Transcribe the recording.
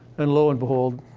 and lo and behold,